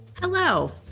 Hello